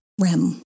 REM